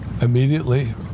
immediately